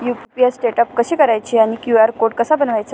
UPI setup कसे करायचे आणि क्यू.आर कोड कसा बनवायचा?